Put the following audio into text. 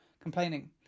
complaining